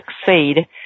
succeed